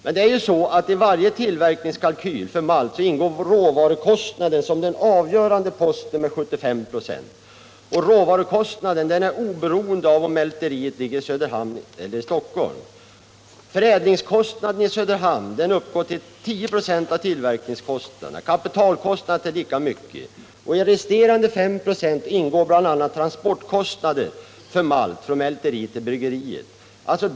av mälteri i I varje tillverkningskalkyl för malt ingår råvarukostnaden som den Söderhamn avgörande posten med 75 926. Och råvarukostnaden är oberoende av om mälteriet ligger i Söderhamn eller i Stockholm. Förädlingskostnaden i Söderhamn uppgår till 10 26 av tillverkningskostnaden, kapitalkostnaden till lika mycket. I resterande 5 26 ingår bl.a. transportkostnader för malt från mälteriet till bryggeriet.